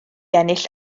ennill